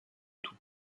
tout